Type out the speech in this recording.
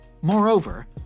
Moreover